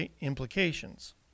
implications